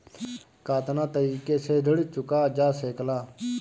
कातना तरीके से ऋण चुका जा सेकला?